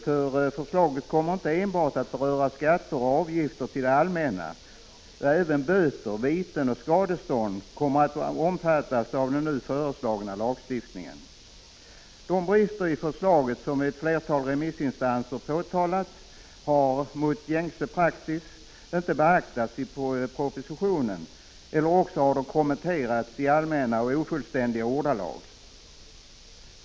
Förslaget kommer nämligen inte enbart att beröra skatter och avgifter till det allmänna. Även böter, viten och skadestånd kommer att omfattas av den nu föreslagna lagstiftningen. De brister i förslaget som ett flertal remissinstanser har påtalat har mot gängse praxis inte beaktats i propositionen, eller också har de kommenterats i allmänna och ofullständiga ordalag.